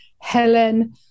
Helen